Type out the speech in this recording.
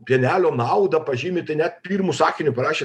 pienelio naudą pažymi tai net pirmu sakiniu parašė